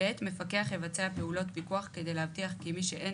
מפקח יבצע פעולות פיקוח כדי להבטיח כי מי שאין